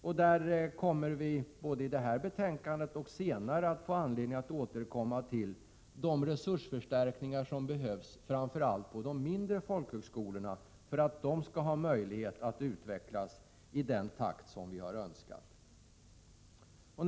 Både i debatten om detta betänkande och senare finns det anledning att ta upp de resursförstärkningar som behöver göras framför allt på de mindre folkhögskolorna för att de skall ha möjlighet att utvecklas i den takt som är önskvärd.